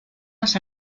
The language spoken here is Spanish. las